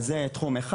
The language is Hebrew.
אז זה תחום אחד.